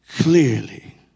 clearly